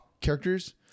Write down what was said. characters